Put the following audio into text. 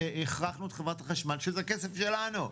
והכרחנו את חברת החשמל שזה כסף שלנו,